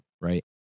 Right